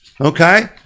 Okay